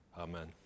amen